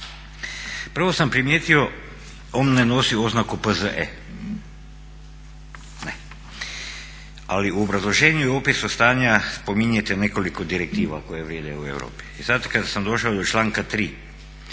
prvo sam primijetio on ne nosi oznaku P.Z.E., ali u obrazloženju i opisu stanja spominjete nekoliko direktiva koje vrijede u Europi. I sada kada sam došao do članka 3.i